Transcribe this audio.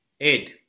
Ed